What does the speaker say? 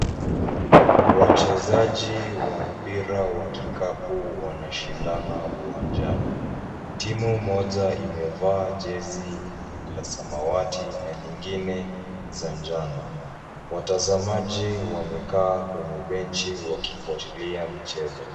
Wachezaji wa mpira wa kikapu wanashindana uwanjani. Timu moja imevaa jezi la samawati na nyingine za njano. Watazamaji wamekaa kwenye benchi wakifuatilia mchezo.